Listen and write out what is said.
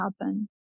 happen